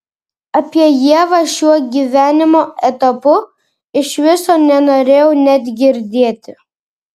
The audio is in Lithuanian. apie ievą šiuo gyvenimo etapu iš viso nenorėjau net girdėti